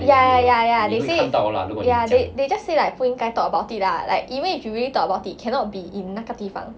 ya ya ya ya they say ya they just say like 不应该 talk about it lah like even if you really talk about it cannot be in 那个地方